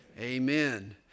amen